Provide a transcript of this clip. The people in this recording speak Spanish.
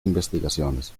investigaciones